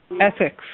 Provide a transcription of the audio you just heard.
ethics